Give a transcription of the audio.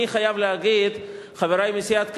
אני חייב להגיד, חברי מסיעת קדימה,